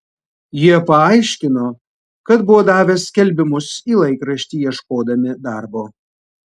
jie paaiškino kad buvo davę skelbimus į laikraštį ieškodami darbo